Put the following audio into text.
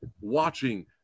watching